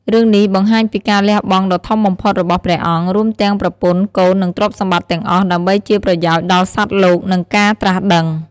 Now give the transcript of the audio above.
រឿងនេះបង្ហាញពីការលះបង់ដ៏ធំបំផុតរបស់ព្រះអង្គ រួមទាំងប្រពន្ធ កូន និងទ្រព្យសម្បត្តិទាំងអស់ ដើម្បីជាប្រយោជន៍ដល់សត្វលោក និងការត្រាស់ដឹង។